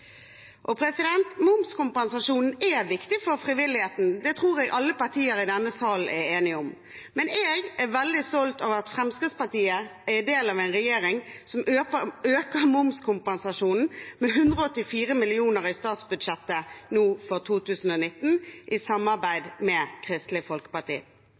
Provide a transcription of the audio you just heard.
Momskompensasjonen er viktig for frivilligheten. Det tror jeg alle partier i denne salen er enige om, men jeg er veldig stolt av at Fremskrittspartiet er en del av en regjering som øker momskompensasjonen med 184 mill. kr i statsbudsjettet for 2019, i samarbeid med Kristelig Folkeparti.